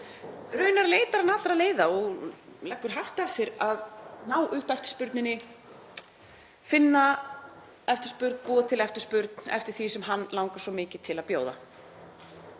Raunar leitar hann allra leiða og leggur hart að sér að ná upp eftirspurninni, finna eftirspurn, búa til eftirspurn eftir því sem hann langar svo mikið til að bjóða.